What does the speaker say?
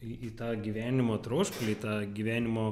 į į tą gyvenimo troškulį į tą gyvenimo